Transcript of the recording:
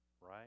right